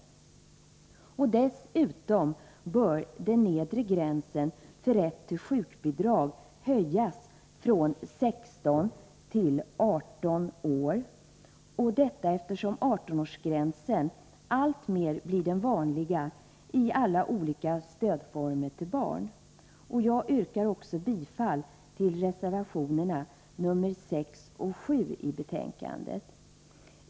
Dessutom bör den nedre gränsen för rätt till sjukbidrag höjas från 16 till 18 år, eftersom 18-årsgränsen alltmer blir den vanliga i alla de olika formerna av stöd till barn. Jag yrkar bifall också till reservationerna 6 och 7 i betänkandet.